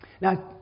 Now